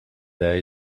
there